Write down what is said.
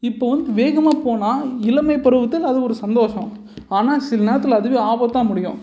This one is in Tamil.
இப்போ வேகமாக போனால் இளமை பருவத்தில் அது ஒரு சந்தோஷம் ஆனால் சில நேரத்தில் அதுவே ஆபத்தாக முடியும்